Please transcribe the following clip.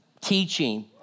teaching